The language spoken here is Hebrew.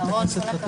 קודם כול,